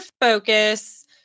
focus